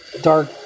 dark